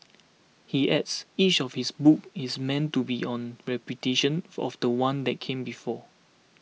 he adds each of his books is meant to be on repudiation for of the one that came before